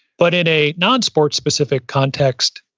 but in a non-sport-specific context,